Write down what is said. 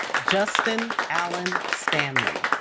justin allen stanley